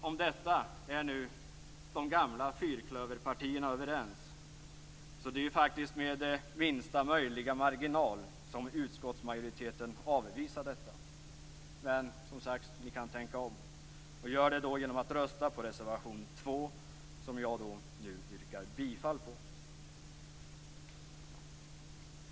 Om detta är nu de gamla fyrklöverpartierna överens. Det är därför med minsta möjliga marginal som utskottsmajoriteten avvisar detta. Men, som sagt, ni kan tänka om. Och gör det då genom att rösta på reservation 2, som jag nu yrkar bifall till.